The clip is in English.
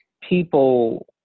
people